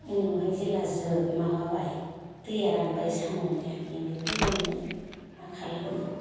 उनावहाय जेला माबाबाय दैया रानबाय साम'निया बेनिफ्राय जोङो माखालामो